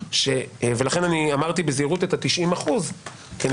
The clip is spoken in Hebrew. לכן אמרתי בזהירות 90 אחוזים כי אני